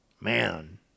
man